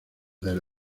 del